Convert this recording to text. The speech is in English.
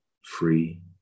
free